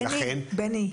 ולכן --- בני,